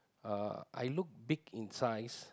uh I look big in size